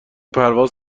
پرواز